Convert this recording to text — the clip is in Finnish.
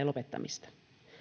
lopettamista